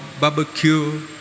barbecue